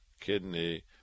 kidney